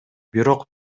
бирок